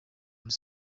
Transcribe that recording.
muri